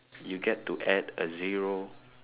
you get to add a zero